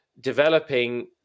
developing